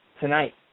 tonight